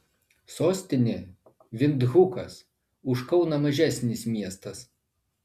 sostinė vindhukas už kauną mažesnis miestas